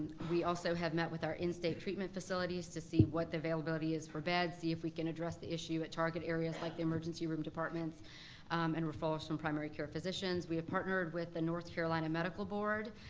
we also have met with our in-state treatment facilities to see what the availability is for beds, see if we can address the issue at target areas like the emergency room departments and reforms from primary care physicians. we have partnered with the north carolina medical board.